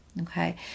Okay